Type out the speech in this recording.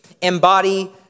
embody